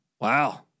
Wow